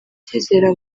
icyizere